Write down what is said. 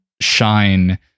shine